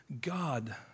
God